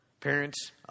Parents